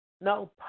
no